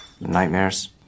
Nightmares